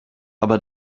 aber